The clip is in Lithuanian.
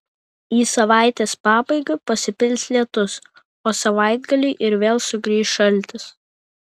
į savaitės pabaigą pasipils lietus o savaitgalį ir vėl sugrįš šaltis